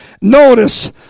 Notice